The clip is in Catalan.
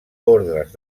ordes